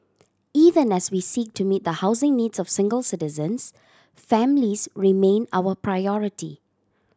even as we seek to meet the housing needs of single citizens families remain our priority